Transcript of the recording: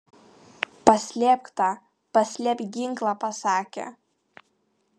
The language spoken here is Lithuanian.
paslėpk tą paslėpk ginklą pasakė